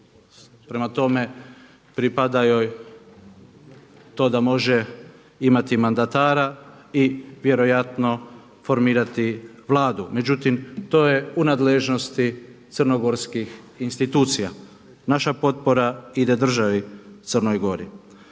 prema tome pripada joj to da može imati mandatara i vjerojatno formirati Vladu. Međutim, to je u nadležnosti crnogorskih institucija. Naša potpora ide državi Crnoj Gori.